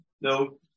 no